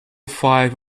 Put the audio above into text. five